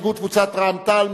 הסתייגות קבוצת רע"ם-תע"ל,